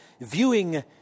viewing